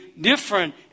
different